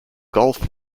gulf